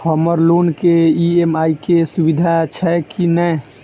हम्मर लोन केँ ई.एम.आई केँ सुविधा छैय की नै?